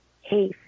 hey